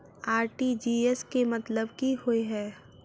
RTGS केँ मतलब की होइ हय?